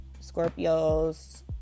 Scorpios